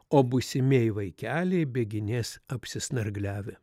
o būsimieji vaikeliai bėginės apsisnargliavę